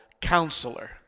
counselor